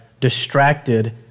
distracted